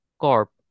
corp